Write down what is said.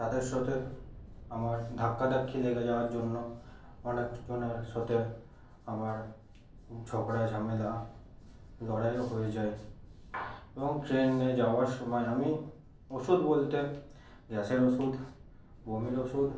তাদের সাথে আমার ধাক্কাধাক্কি লেগে যাওয়ার জন্য অনেকজনের সাথে আমার ঝগড়া ঝামেলা লড়াইও হয়ে যায় এবং ট্রেনে যাওয়ার সময় আমি ওষুধ বলতে গ্যাসের ওষুধ বমির ওষুধ